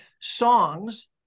songs